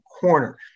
corner